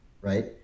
right